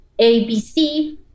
ABC